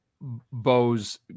Bo's